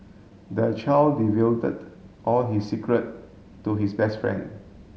the child all his secret to his best friend